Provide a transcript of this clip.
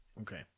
Okay